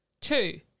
Two